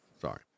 sorry